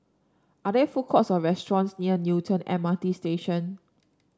are there food courts or restaurants near Newton M R T Station